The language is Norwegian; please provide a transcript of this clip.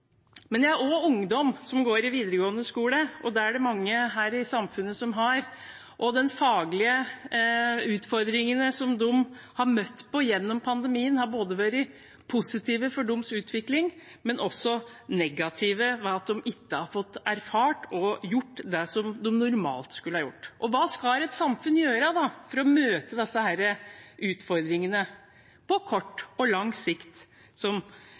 Men jeg har også ungdom som går i videregående skole, og det er det mange i samfunnet som har, og de faglige utfordringene som de har møtt på gjennom pandemien, har både vært positive for deres utvikling, og negative, ved at de ikke har fått erfart og gjort det de normalt skulle gjort. Og hva skal et samfunn gjøre for å møte disse utfordringene på kort og lang sikt,